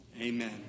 Amen